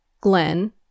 Glenn